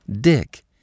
Dick